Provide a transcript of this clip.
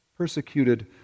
Persecuted